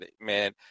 man